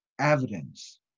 evidence